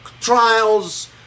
trials